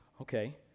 Okay